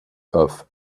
off